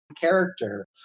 character